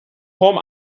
home